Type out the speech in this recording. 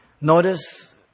Notice